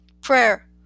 Prayer